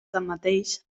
tanmateix